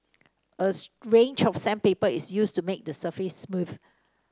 range of sandpaper is used to make the surface smooth